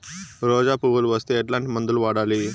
రోజా పువ్వులు వస్తే ఎట్లాంటి మందులు వాడాలి?